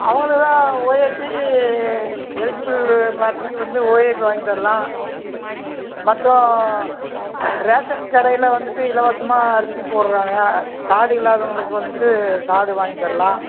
அவுங்களுக்கு தான் O A P eligible பார்ட்டிக்கு வந்து ஓ ஏ பி வாங்கித்தரலாம் மற்றும் ரேஷன் கடையில் வந்துவிட்டு இலவசமாக அரிசி போடுறாங்க கார்டு இல்லாதவங்களுக்கு வந்துட்டு கார்டு வாங்கித்தரலாம்